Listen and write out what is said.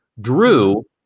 Drew